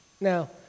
Now